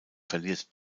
verliert